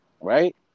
right